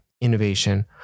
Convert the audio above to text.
innovation